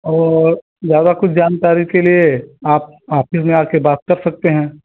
और ज़्यादा कुछ जानकारी के लिए आप आफिस में आ कर बात कर सकते हैं